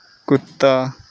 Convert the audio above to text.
कुत्ता